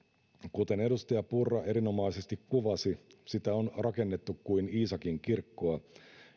kuten edustaja purra erinomaisesti kuvasi sitä on rakennettu kuin iisakinkirkkoa